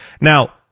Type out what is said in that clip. Now